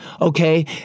Okay